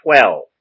twelve